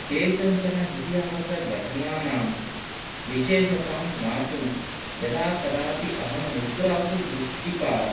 केषाञ्चन इतिहासघठनानां विशेषतां ज्ञातुं यदा कदापि अहं मुद्रासु दृष्टिपात्